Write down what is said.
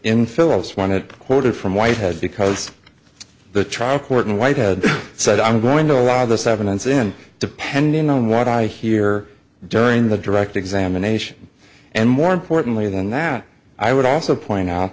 it quoted from whitehead because the trial court in white had said i'm going to allow this evidence in depending on what i hear during the direct examination and more importantly than that i would also point out